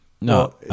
No